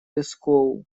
пэскоу